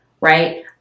right